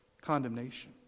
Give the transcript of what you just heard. condemnation